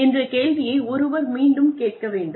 என்ற கேள்வியை ஒருவர் மீண்டும் கேட்க வேண்டும்